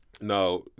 No